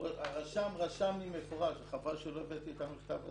הרשם לי במפורש, וחבל שלא הבאתי את המכתב הזה,